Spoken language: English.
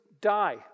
die